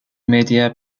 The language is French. media